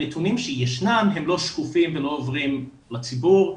הנתונים שישנם לא שקופים ולא עוברים לציבור,